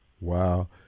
Wow